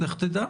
לך תדע.